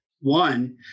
One